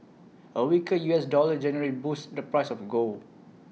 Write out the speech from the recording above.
A weaker U S dollar generally boosts the price of gold